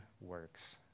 works